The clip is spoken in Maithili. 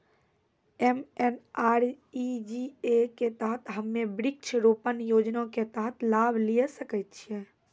एम.एन.आर.ई.जी.ए के तहत हम्मय वृक्ष रोपण योजना के तहत लाभ लिये सकय छियै?